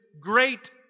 great